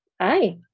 Hi